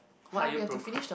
what are you procr~